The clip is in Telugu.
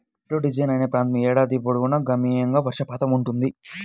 ప్రిటో డియాజ్ అనే ప్రాంతంలో ఏడాది పొడవునా గణనీయమైన వర్షపాతం ఉంటుంది